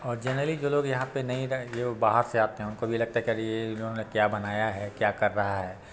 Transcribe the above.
और जेनरली जो लोग यहाँ पे नहीं रहे हो बाहर से आते हों उनको भी लगता है कि अरे ये इन्होंने क्या बनाया है क्या कर रहा है